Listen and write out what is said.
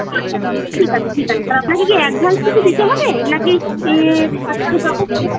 আচ্ছা আচ্ছা ঠিক আছে ঠিক আছে তা আপনাকে কি অ্যাডভান্স কিছু দিতে হবে না কি একবারে যখন নেব তখন